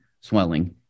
swelling